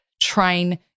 train